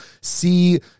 see